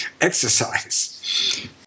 exercise